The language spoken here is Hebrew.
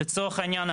לצורך העניין,